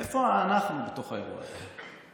איפה ה"אנחנו" בתוך האירוע הזה?